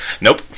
Nope